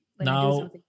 Now